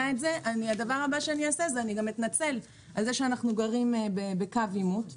הדבר הבא שאני אעשה זה אתנצל על זה שאנחנו גרים בקו עימות.